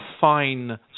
fine